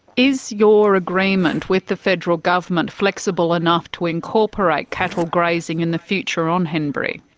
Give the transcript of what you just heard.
is your agreement with the federal government flexible enough to incorporate cattle grazing in the future on henbury?